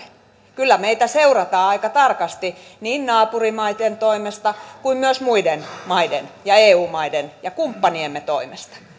kyllä meitä seurataan aika tarkasti niin naapurimaitten toimesta kuin myös muiden maiden eu maiden ja kumppaniemme toimesta